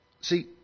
See